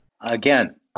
Again